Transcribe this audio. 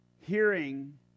hearing